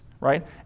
right